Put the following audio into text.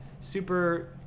super